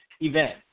event